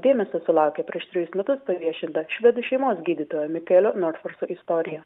dėmesio sulaukė prieš trejus metus paviešinta švedų šeimos gydytojo mikaelio norferso istorija